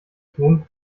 tun